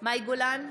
מאי גולן,